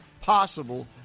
possible